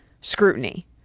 scrutiny